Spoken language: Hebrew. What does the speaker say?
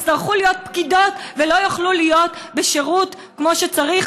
יצטרכו להיות פקידות ולא יוכלו להיות בשירות כמו שצריך,